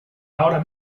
ahora